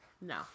No